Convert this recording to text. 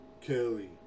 kelly